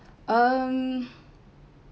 um